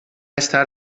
estar